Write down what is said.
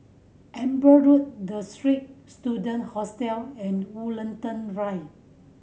Amber Road The Straits Student Hostel and Woollerton Drive